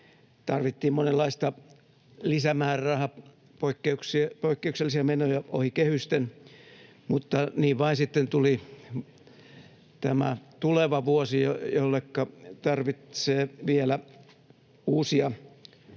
tarvittiin monenlaista lisämäärärahaa, poikkeuksellisia menoja ohi kehysten. Mutta niin vain sitten tuli tämä tuleva vuosi, jolleka tarvitsee tehdä vielä uusia lisäyksiä